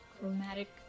Chromatic